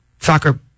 soccer